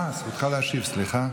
אה, זכותך להשיב, סליחה.